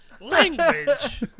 Language